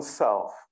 self